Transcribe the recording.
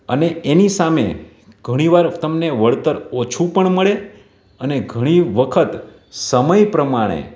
અને એની સામે ઘણી વાર તમને વળતર ઓછું પણ મળે અને ઘણી વખત સમય પ્રમાણે